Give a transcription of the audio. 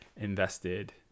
invested